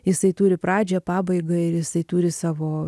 jisai turi pradžią pabaigą ir jisai turi savo